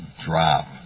drop